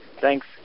Thanks